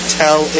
tell